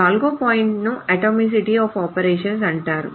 నాలుగవ పాయింట్ ను atomicity of operations అంటారు